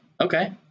Okay